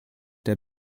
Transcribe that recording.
der